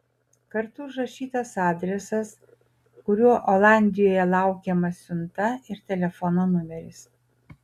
kartu užrašytas adresas kuriuo olandijoje laukiama siunta ir telefono numeris